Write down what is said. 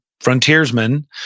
frontiersmen